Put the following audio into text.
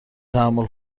تحمل